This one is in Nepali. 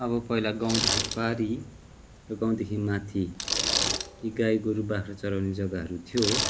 अब पहिला गाउँदेखि पारि र गाउँदेखि माथि यी गाई गोरु बाख्रा चराउने जग्गाहरू थियो